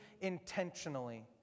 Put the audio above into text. intentionally